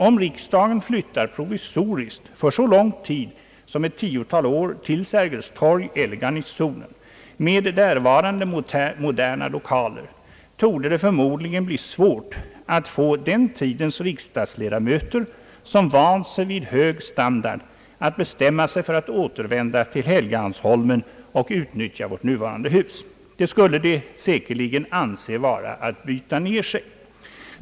Om riksdagen flyttar provisoriskt för så lång tid som ett tiotal år till Sergels torg eller Garnisonen med därvarande moderna lokaler, torde det förmodligen bli svårt att få den tidens riksdagsledamöter, som vant sig vid en hög standard, att bestämma sig för att återvända till Helgeandsholmen och utnyttja vårt nuvarande hus. Det skulle säkerligen anses vara att byta ner sig.